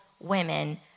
women